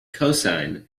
cosine